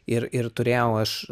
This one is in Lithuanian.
ir ir turėjau aš